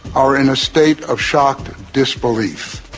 are in a state of shocked disbelief.